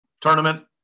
tournament